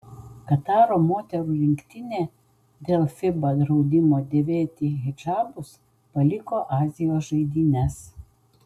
kataro moterų rinktinė dėl fiba draudimo dėvėti hidžabus paliko azijos žaidynes